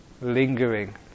lingering